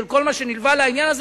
של כל מה שנלווה לעניין הזה,